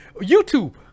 YouTube